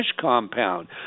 compound